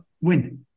win